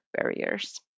barriers